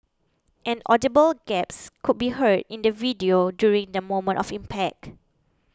an audible gasp could be heard in the video during the moment of impact